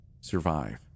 survive